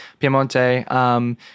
Piemonte